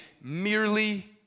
merely